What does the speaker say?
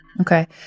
Okay